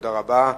תודה רבה.